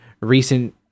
recent